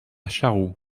charroux